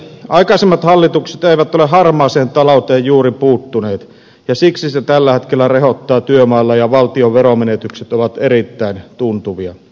aikaisemmat hallitukset eivät ole harmaaseen talouteen juuri puuttuneet ja siksi se tällä hetkellä rehottaa työmailla ja valtion veromenetykset ovat erittäin tuntuvia